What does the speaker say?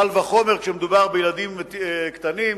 קל וחומר כשמדובר בילדים קטנים,